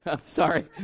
Sorry